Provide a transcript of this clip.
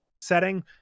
setting